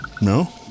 No